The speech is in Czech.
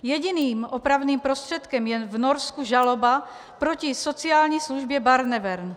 Jediným opravným prostředkem je v Norsku žaloba proti sociální službě Barnevern.